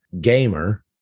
gamer